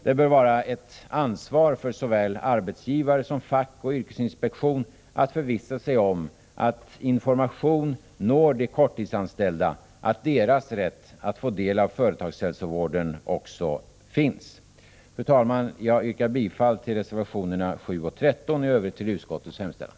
Det bör vara ett ansvar för såväl arbetsgivare som fack och yrkesinspektion att förvissa sig om att information når de korttidsanställda om att också deras rätt att få del av företagshälsovården finns. Fru talman! Jag yrkar bifall till reservationerna 7 och 13, i övrigt bifall till utskottets hemställan.